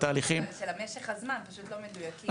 הנתונים האלה של משך הזמן פשוט לא מדויקים.